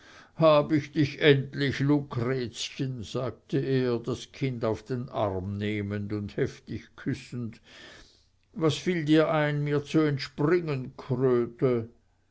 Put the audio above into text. hab ich dich endlich lucrezchen sagte er das kind auf den arm nehmend und heftig küssend was fiel dir ein mir zu entspringen kröte